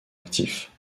actifs